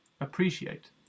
appreciate